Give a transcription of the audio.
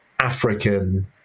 African